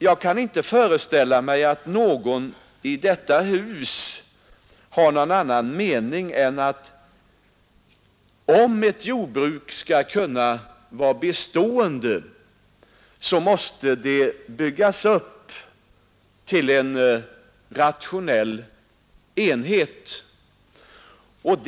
Jag kan inte föreställa mig att någon i detta hus har en annan mening än att om ett jordbruk skall kunna vara bestående, sä måste det byggas upp till en rationell enhet.